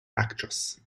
actress